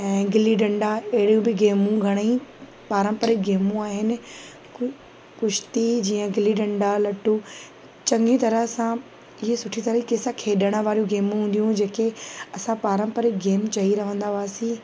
ऐं गिल्ली डंडा अहिड़ियूं बि गेमूं घणेई पारंपरिक गेमूं आहिनि कु कुश्ती जीअं गिल्ली डंडा लट्टू चङी तरह सां इहे सुठी तरीक़े सां खेॾण वारियूं गेमूं हूंदियू हुयूं जेके असां पारंपरिक गेमूं चई रहंदा हुआसीं